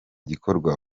gikorwa